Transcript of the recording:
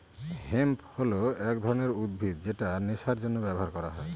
hemp হল এক ধরনের উদ্ভিদ যেটা নেশার জন্য ব্যবহার করা হয়